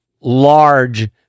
large